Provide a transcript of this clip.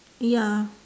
ya